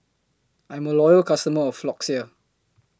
I'm A Loyal customer of Floxia